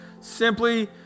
simply